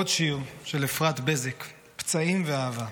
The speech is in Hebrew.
עוד שיר, של אפרת בזק, "פצעים ואהבה":